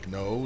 no